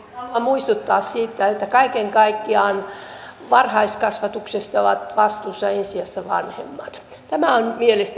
haluan muistuttaa siitä että kaiken kaikkiaan varhaiskasvatuksesta ovat vastuussa ensi sijassa vanhemmat tämä pitää mielestäni muistaa